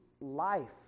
life